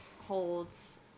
holds